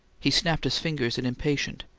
he snapped his fingers in impatience.